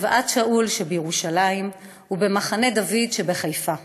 בגבעת שאול שבירושלים ובמחנה דוד שבחיפה.